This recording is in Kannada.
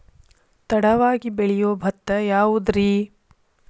ತಡವಾಗಿ ಬೆಳಿಯೊ ಭತ್ತ ಯಾವುದ್ರೇ?